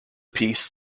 peace